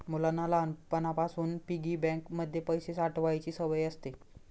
मुलांना लहानपणापासून piggy bank मध्ये पैसे साठवायची सवय असते